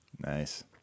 Nice